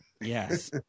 yes